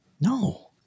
No